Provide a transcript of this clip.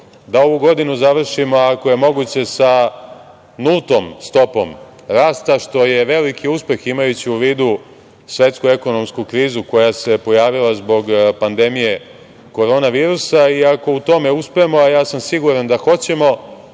da ovu godinu završimo, ako je moguće, sa nultom stopom rasta, što je veliki uspeh, imajući u vidu svetsku ekonomsku krizu koja se pojavila zbog pandemije koronavirusa i ako u tome uspemo, a ja sam siguran da hoćemo,